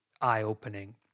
eye-opening